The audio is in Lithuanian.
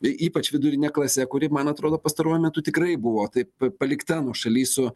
y ypač vidurine klase kuri man atrodo pastaruoju metu tikrai buvo taip palikta nuošaly su